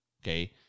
Okay